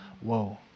Whoa